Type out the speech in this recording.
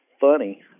funny